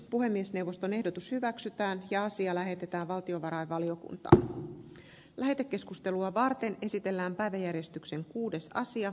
puhemiesneuvoston ehdotus hyväksytään ja asia lähetetään kuin niitä omaishoitajia vain löytyy tähän järjestelmään